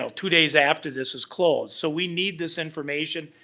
two days after this is closed. so, we need this information.